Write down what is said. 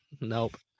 Nope